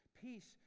peace